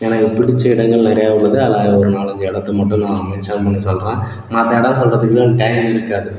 எனக்கு பிடிச்ச இடங்கள் நிறைய உள்ளது அந்த ஒரு நாலு அஞ்சு இடத்த மட்டும் நான் மேன்ஷன் பண்ணி சொல்கிறன் மற்ற இடங்கள் சொல்கிறதுக்குலாம் டைமிருக்காது